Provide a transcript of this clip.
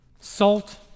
Salt